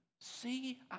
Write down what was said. See